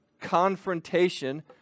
confrontation